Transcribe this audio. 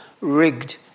rigged